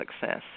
success